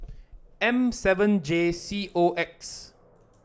M seven J C O X